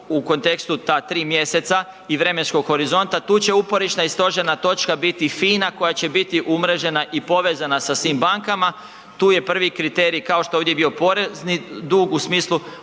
u kontekstu ta 3 mjeseca i vremenskog horizonta, tu će uporišna i stožerna točka biti FINA koja će biti umrežena i povezana sa svim bankama, tu je prvi kriterij, kao što je ovdje bio porezni dug u smislu